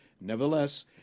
Nevertheless